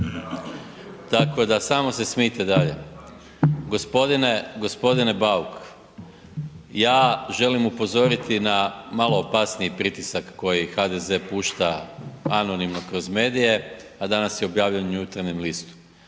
tako se smijte dalje. Gospodine Bauk, ja želim upozoriti na malo opasniji pritisak koji HDZ pušta anonimno kroz medije a danas je objavljen u Jutarnjem listu.